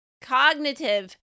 cognitive